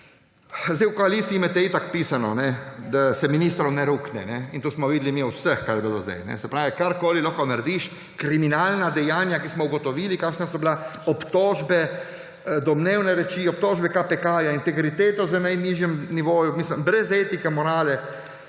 še. V koaliciji imate itak pisano, da se ministrov ne rukne, in to smo videli mi – vseh, kar jih je bilo do sedaj. Se pravi, karkoli lahko narediš, kriminalna dejanja, ki smo ugotovil, kakšna so bila, obtožbe, domnevne reči, obtožbe KPK, integriteto z najnižjim nivojem, brez etike, morale,